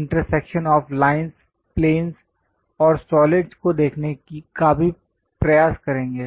intersection of lines planes और solids को देखने का भी प्रयास करेंगे